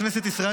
בכנסת ישראל,